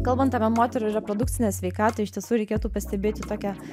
kalbant apie moterų reprodukcinę sveikatą iš tiesų reikėtų pastebėti tokią